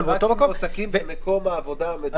"רק אם מועסקים במקום העבודה המדובר"